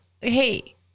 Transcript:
Hey